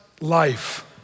life